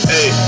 Hey